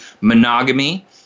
monogamy